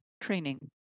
training